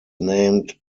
named